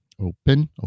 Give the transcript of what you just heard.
Open